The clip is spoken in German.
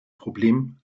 problem